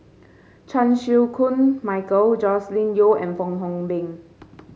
Chan Chew Koon Michael Joscelin Yeo and Fong Hoe Beng